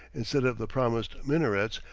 instead of the promised minarets,